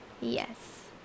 Yes